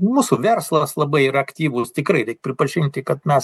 mūsų verslas labai yra aktyvus tikrai reik pripažinti kad mes